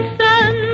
sun